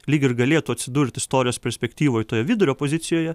lyg ir galėtų atsidurt istorijos perspektyvoj toje vidurio pozicijoje